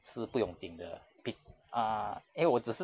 是不用紧的 pic~ ah 因为我只是